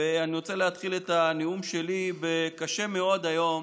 ואני רוצה להתחיל את הנאום שלי בזה שקשה מאוד היום